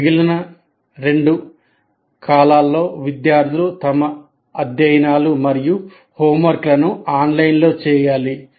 మిగిలిన రెండు కాలాల్లో విద్యార్థులు తమ అధ్యయనాలు మరియు హోంవర్క్లను ఆన్లైన్లో చేయాలి